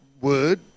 word